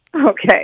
Okay